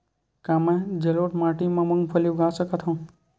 का मैं जलोढ़ माटी म मूंगफली उगा सकत हंव?